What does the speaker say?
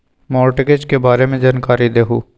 Mortgage के बारे में जानकारी देहु?